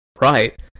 right